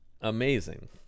amazing